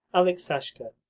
aleksasha,